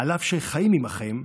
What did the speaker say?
אף שהם חיים עימכם,